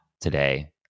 today